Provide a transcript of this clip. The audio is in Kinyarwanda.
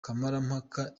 kamarampaka